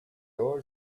all